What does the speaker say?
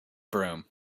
broom